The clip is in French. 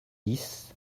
dix